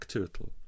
Turtle